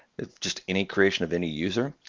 it's just any creation of any user.